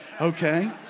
okay